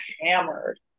hammered